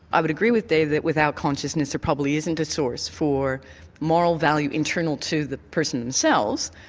i would agree with david without consciousness it probably isn't a source for moral value internal to the person themselves,